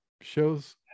shows